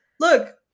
look